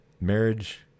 marriage